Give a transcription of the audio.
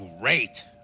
great